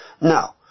No